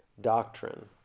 doctrine